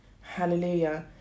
Hallelujah